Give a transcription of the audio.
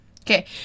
Okay